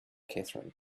catherine